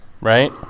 right